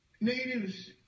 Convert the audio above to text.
Natives